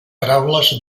paraules